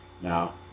Now